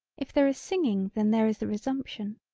if there is singing then there is the resumption.